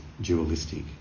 dualistic